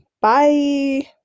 bye